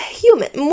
human